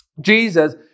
Jesus